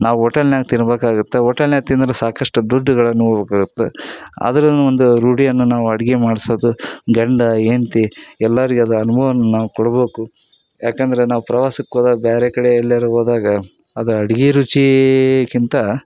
ನಾವು ಓಟೆಲ್ನಾಗೆ ತಿನ್ಬೇಕಾಗುತ್ತ ಓಟೆಲ್ನ್ಯಾಗೆ ತಿಂದ್ರೆ ಸಾಕಷ್ಟು ದುಡ್ಡುಗಳನ್ನು ಆದ್ರು ಒಂದು ರೂಢಿಯನ್ನು ನಾವು ಅಡುಗೆ ಮಾಡ್ಸೋದು ಗಂಡ ಹೆಂಡ್ತಿ ಎಲ್ಲರಿಗೆ ಅದು ಅನುಭವವನ್ನ ನಾವು ಕೊಡ್ಬೇಕು ಏಕಂದ್ರೆ ನಾವು ಪ್ರವಾಸಕ್ಕೆ ಹೋದಾಗ ಬೇರೆ ಕಡೆ ಎಲ್ಲಾರು ಹೋದಾಗ ಅದು ಅಡುಗೆ ರುಚಿಗಿಂತ